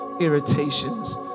irritations